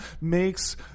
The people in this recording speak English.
makes